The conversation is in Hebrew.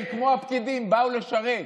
הם כמו הפקידים, באו לשרת.